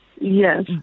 yes